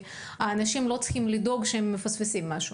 האנשים לא צריכים לדאוג שהם מפספסים משהו?